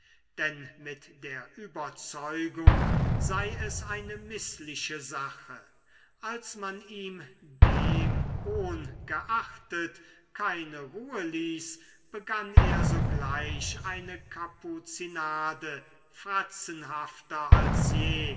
denn mit der überzeugung sei es eine mißliche sache als man ihm demohngeachtet keine ruhe ließ begann er sogleich eine kapuzinade fratzenhafter als je